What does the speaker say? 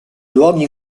luoghi